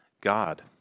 God